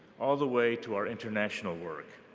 all the way to our international work.